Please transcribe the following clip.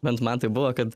bent man tai buvo kad